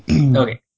Okay